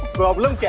problem.